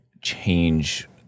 change